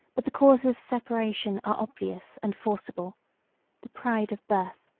but the causes of separation are obvious and forcible the pride of birth,